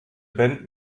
band